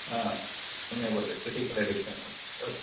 हा सम्यक् वर्तते क्रिटिकल् एडिशन् वर्तते अस्तु